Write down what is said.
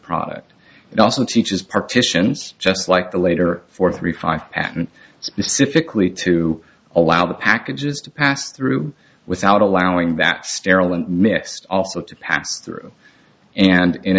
product and also teaches partitions just like the later for three five patent specifically to allow the packages to pass through without allowing that sterile and mixed also to pass through and in